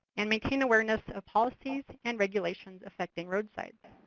and maintain awareness of policies and regulations affecting roadsides.